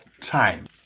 time